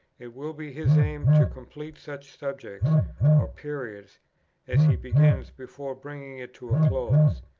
it will be his aim to complete such subjects or periods as he begins before bringing it to a close.